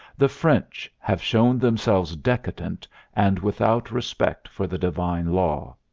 the french have shown themselves decadent and without respect for the divine law.